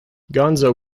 gonzo